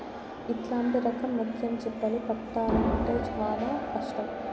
ఇట్లాంటి రకం ముత్యం చిప్పలు పట్టాల్లంటే చానా కష్టం